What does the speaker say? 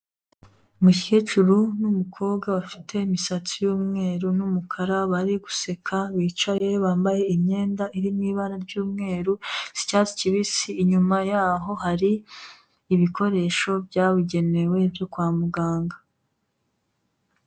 Umukecuru n'umukobwa bafite imisatsi y'imyeru n'umukara, bari guseka, bicaye, bambaye imyenda iri mu ibara ry'umweru isa icyatsi kibisi, inyuma yaho hari ibikoresho byabugenewe byo kwa muganga.